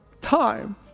time